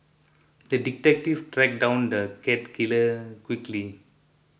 the detective tracked down the cat killer quickly